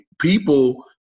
people